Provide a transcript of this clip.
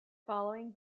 following